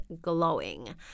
glowing